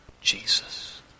Jesus